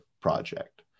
project